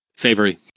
Savory